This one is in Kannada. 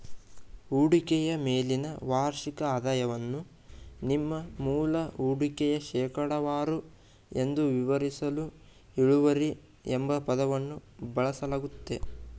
ಹೂಡಿಕೆಯ ಮೇಲಿನ ವಾರ್ಷಿಕ ಆದಾಯವನ್ನು ನಿಮ್ಮ ಮೂಲ ಹೂಡಿಕೆಯ ಶೇಕಡವಾರು ಎಂದು ವಿವರಿಸಲು ಇಳುವರಿ ಎಂಬ ಪದವನ್ನು ಬಳಸಲಾಗುತ್ತೆ